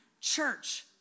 church